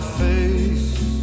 face